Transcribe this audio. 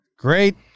Great